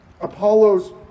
Apollos